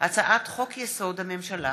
הצעת חוק-יסוד: הממשלה